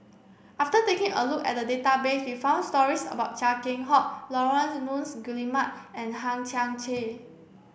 after taking a look at the database we found stories about Chia Keng Hock Laurence Nunns Guillemard and Hang Chang Chieh